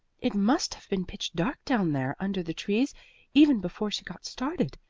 it must have been pitch dark down there under the trees even before she got started,